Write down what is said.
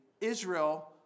Israel